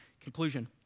conclusion